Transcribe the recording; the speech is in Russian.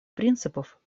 принципов